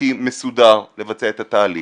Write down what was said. חוקי מסודר לבצע את התהליך